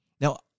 Now